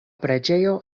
preĝejo